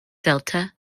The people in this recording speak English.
delta